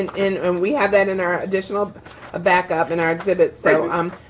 and we have that in our additional backup in our exhibits. so um